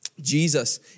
Jesus